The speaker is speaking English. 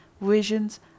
visions